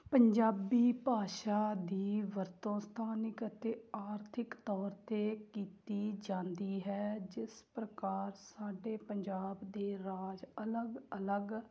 ਪੰਜਾਬੀ ਭਾਸ਼ਾ ਦੀ ਵਰਤੋਂ ਸਥਾਨਿਕ ਅਤੇ ਆਰਥਿਕ ਤੌਰ 'ਤੇ ਕੀਤੀ ਜਾਂਦੀ ਹੈ ਜਿਸ ਪ੍ਰਕਾਰ ਸਾਡੇ ਪੰਜਾਬ ਦੇ ਰਾਜ ਅਲੱਗ ਅਲੱਗ